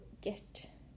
get